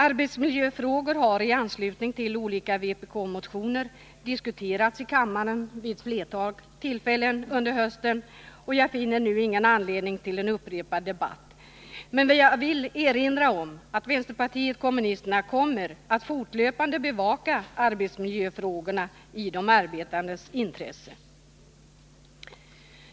Arbetsmiljöfrågor har i anslutning till olika vpk-motioner diskuterats i kammaren vid ett flertal tillfällen under hösten, och jag finner nu ingen anledning till en upprepad debatt. Men jag vill erinra om att vpk kommer att fortlöpande bevaka arbetsmiljöfrågorna i de arbetandes intresse.